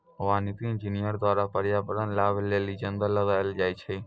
वानिकी इंजीनियर द्वारा प्रर्यावरण लाभ लेली जंगल लगैलो जाय छै